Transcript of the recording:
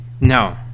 No